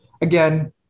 again